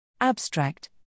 Abstract